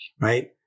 right